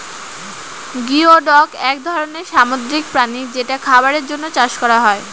geoduck এক ধরনের সামুদ্রিক প্রাণী যেটা খাবারের জন্য চাষ করা হয়